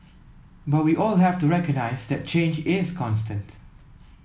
but we all have to recognise that change is constant